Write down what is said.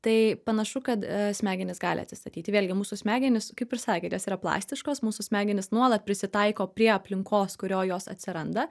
tai panašu kad smegenys gali atsistatyti vėlgi mūsų smegenys kaip ir sakėt jos yra plastiškos mūsų smegenys nuolat prisitaiko prie aplinkos kurioj jos atsiranda